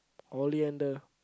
Oliander